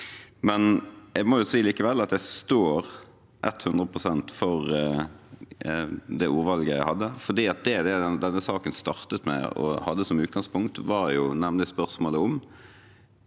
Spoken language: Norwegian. Jeg må likevel si at jeg står 100 pst. for det ordvalget jeg hadde, for det denne saken startet med og hadde som utgangspunkt, var nemlig spørsmålet om